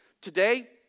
Today